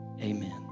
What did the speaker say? amen